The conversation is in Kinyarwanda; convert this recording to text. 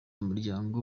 umuryango